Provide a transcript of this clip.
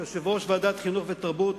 כיושב-ראש ועדת החינוך והתרבות,